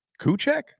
Kuchek